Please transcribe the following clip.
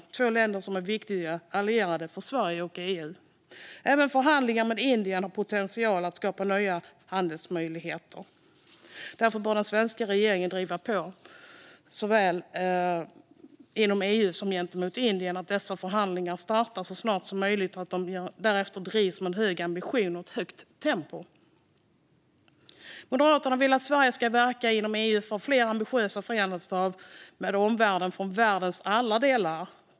Dessa två länder är viktiga allierade för Sverige och EU. Även förhandlingar med Indien har potential att skapa nya handelsmöjligheter. Därför bör den svenska regeringen driva på såväl inom EU som gentemot Indien för att dessa förhandlingar startar så snart som möjligt och att de därefter drivs med hög ambition och i ett högt tempo. Moderaterna vill att Sverige ska verka inom EU för fler ambitiösa frihandelsavtal med omvärlden och länder från världens alla delar.